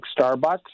Starbucks